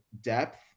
depth